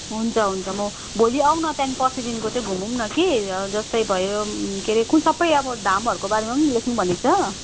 हुन्छ हुन्छ म भोलि आऊ न त्यहाँदेखिन् पर्सिदेखिनको चाहिँ घुमौँ न कि जस्तै भयो के अरे कुन सबै अब धामहरूको बारेमा पनि लेख्नु भनेको छ